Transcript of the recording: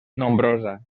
nombrosa